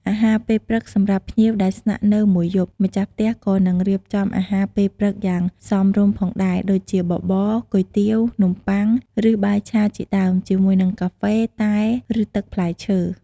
អាហារពេលព្រឹក សម្រាប់ភ្ញៀវដែលស្នាក់នៅមួយយប់ ម្ចាស់ផ្ទះក៏នឹងរៀបចំអាហារពេលព្រឹកយ៉ាងសមរម្យផងដែរ ដូចជាបបរ គុយទាវ នំប៉័ង ឬបាយឆាជាដើម ជាមួយនឹងកាហ្វេ តែ ឬទឹកផ្លែឈើ។